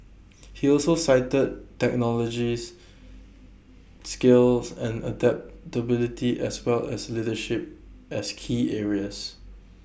he also cited technologies skills and adaptability as well as leadership as key areas